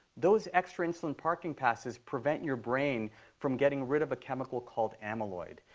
those extra insulin parking passes prevent your brain from getting rid of a chemical called amyloid.